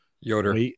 Yoder